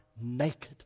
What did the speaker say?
naked